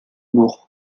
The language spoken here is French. lourd